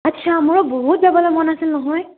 আচ্ছা মোৰো বহুত যাবলৈ মন আছিল নহয়